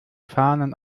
fahnen